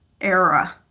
Era